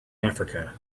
africa